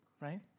right